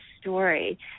story